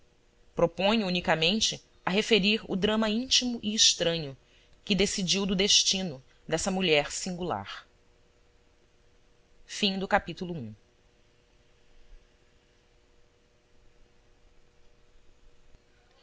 proponho me unicamente a referir o drama íntimo e estranho que decidiu do destino dessa mulher singular